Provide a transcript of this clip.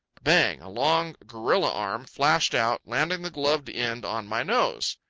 bang! a long, gorilla arm flashed out, landing the gloved end on my nose.